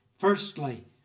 Firstly